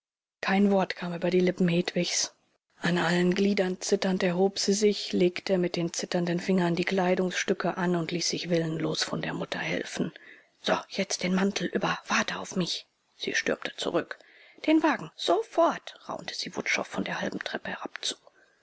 kein wort kam über die lippen hedwigs an allen gliedern zitternd erhob sie sich legte mit den zitternden fingern die kleidungsstücke an und ließ sich willenlos von der mutter helfen so jetzt den mantel über warte auf mich sie stürmte zurück den wagen sofort raunte sie wutschow von der halben treppe herab zu